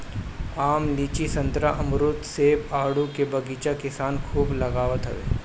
आम, लीची, संतरा, अमरुद, सेब, आडू के बगीचा किसान खूब लगावत हवे